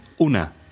una